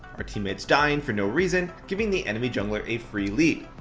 our teammate dying for no reason, giving the enemy jungler a free lead.